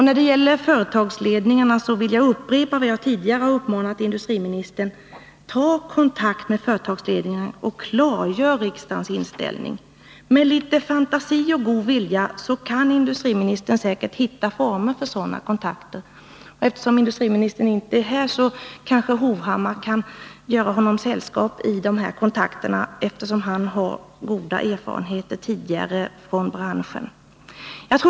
När det gäller företagsledningarna vill jag upprepa vad jag tidigare har uppmanat industriministern: Ta kontakt med företagsledningen och klargör riksdagens inställning! Med litet fantasi och god vilja kan industriministern säkert hitta former för sådana kontakter. Eftersom industriministern inte är här, vill jag vädja till Erik Hovhammar att göra industriministern sällskap vid dessa kontakter, då han har goda erfarenheter från branschen.